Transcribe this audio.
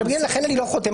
ולכן אני לא חותם,